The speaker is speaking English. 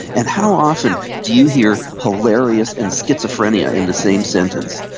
and how often do you hear hilarious and schizophrenia in the same sentence?